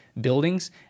buildings